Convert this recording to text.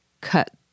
cut